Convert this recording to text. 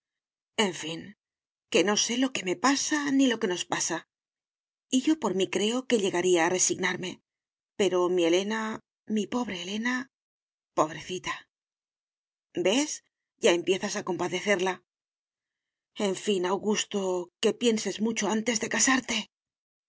en fin que no sé lo que me pasa ni lo que nos pasa y yo por mí creo que llegaría a resignarme pero mi elena mi pobre elena pobrecita ves ya empiezas a compadecerla en fin augusto que pienses mucho antes de casarte